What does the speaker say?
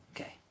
Okay